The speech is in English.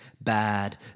bad